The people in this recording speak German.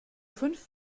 fünf